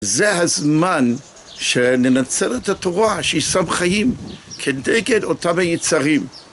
זה הזמן שננצל את התורה, שהיא סם חיים כדגל אותם היצרים.